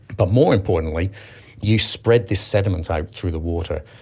but more importantly you spread this sediment out through the water.